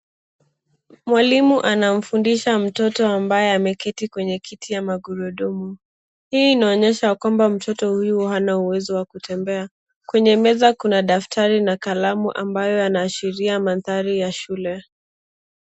Mwalimu anamfundisha mtoto ambaye ameketi kwenye kiti ya magurudumu. Hii inaonyesha ya kwamba mtoto huyu hana uwezo wa kutembea. Kwenye meza kuna daftari na kalamu ambayo anaashiria mandhari ya shule.